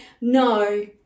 no